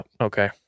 okay